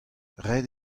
ret